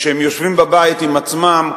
כשהם יושבים בבית עם עצמם,